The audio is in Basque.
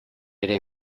ere